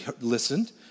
listened